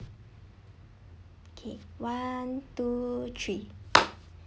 okay one two three